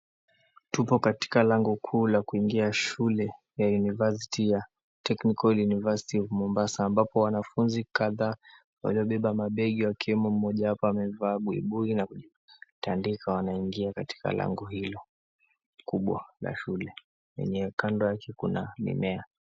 Tupo Katika lango kuu la kuingia shule ya (cs)university(cs) ya (cs)Technical University of(cs) Mombasa ambapo wanafunzi kadhaa waliobeba mabegi wakiwemo moja wapo ambaye amevaa buibui na mtandiko anaingia katika lango hilo kubwa la shule yenye kando yake kuna mimea.